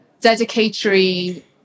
dedicatory